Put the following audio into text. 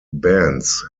bands